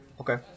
Okay